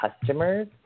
customers